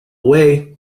way